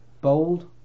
Bold